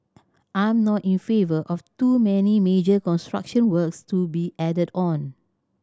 I'm not in favour of too many major construction works to be added on